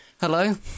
Hello